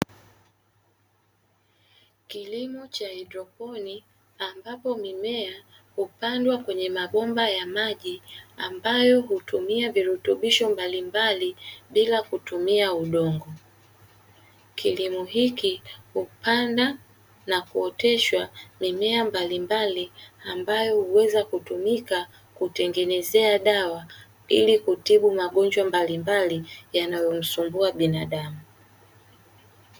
Kilimo cha haidroponi, ambapo mimea hupandwa kwenye mabomba ya maji ambayo hutumia virutubisho mbalimbali bila kutumia udongo. Kilimo hiki hupanda na kuoteshwa mimea mbalimbali ambayo huweza kutumika kutengenezea dawa ili kutibu magonjwa mbalimbali yanayomsumbua binadamu.